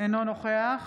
אינו נוכח